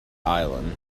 island